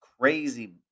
crazy